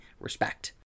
respect